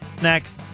next